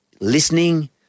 listening